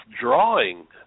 drawing